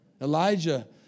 Elijah